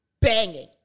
banging